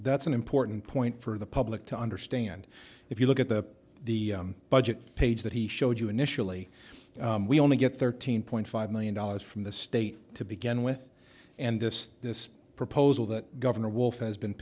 that's an important point for the public to understand if you look at the the budget page that he showed you initially we only get thirteen point five million dollars from the state to begin with and this this proposal that governor wolf has been